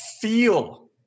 Feel